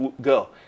girl